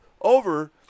over